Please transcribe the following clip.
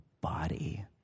body